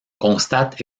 constate